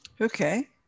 Okay